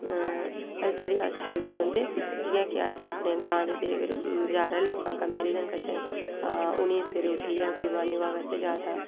साढ़ी अस हैल्दी रौंह्दे जि'यां के अस अपने ग्रांऽ दे ते अगर बजार आह्ले लोकां कम्पैरिजन करचै तां उ'नें ई सवेरे उट्ठियै कोई मार्निंग वाक आस्तै जा दा